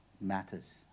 Matters